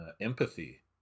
Empathy